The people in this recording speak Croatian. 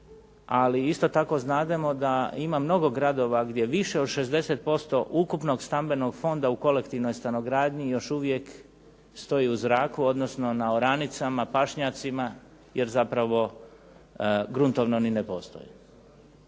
ali isto tako znademo da ima mnogo gradova gdje više od 60% ukupnog stambenog fonda u kolektivnoj stanogradnji još uvijek stoji u zraku, odnosno na oranicama, pašnjacima jer zapravo gruntovno ni ne postoje.